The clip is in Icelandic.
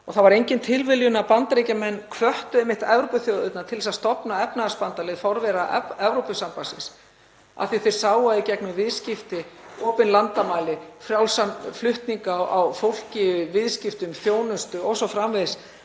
Það var engin tilviljun að Bandaríkjamenn hvöttu einmitt Evrópuþjóðirnar til að stofna Efnahagsbandalagið, forvera Evrópusambandsins, af því að þeir sáu að í gegnum viðskipti, opin landamæri, frjálsan flutning á fólki, viðskiptum, þjónustu o.s.frv.